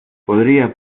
podría